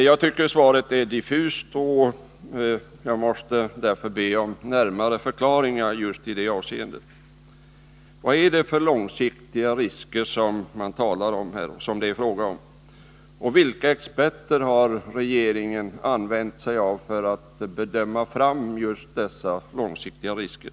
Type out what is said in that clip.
Jag tycker att svaret är diffust, och jag måste därför be om en närmare förklaring. Vilka långsiktiga risker är det fråga om? Och vilka experter har regeringen använt sig av för att bedöma dessa långsiktiga risker?